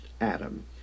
Adam